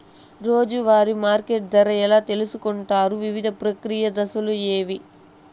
రోజూ వారి మార్కెట్ ధర ఎలా తెలుసుకొంటారు వివిధ ప్రక్రియలు దశలు ఏవి?